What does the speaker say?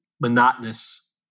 monotonous